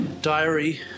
diary